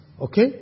Okay